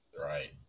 Right